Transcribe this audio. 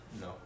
No